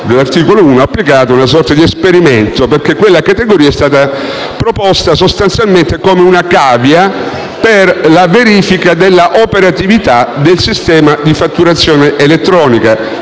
dell'articolo 1), una sorta di esperimento, dato che quella categoria è stata proposta sostanzialmente come cavia per la verifica dell'operatività del sistema di fatturazione elettronica,